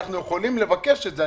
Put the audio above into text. ואנחנו יכולים לבקש את זה,